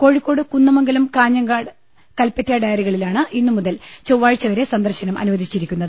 കോഴിക്കോട് കുന്ദമംഗലം കാഞ്ഞങ്ങാട് കല്പറ്റ ഡയറികളിലാണ് ഇന്ന് മുതൽ ചൊവ്വാഴ്ച്ചവരെ സന്ദർശനം അനുവദിച്ചിരിക്കുന്നത്